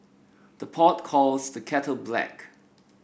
the pot calls the kettle black